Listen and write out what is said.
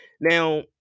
Now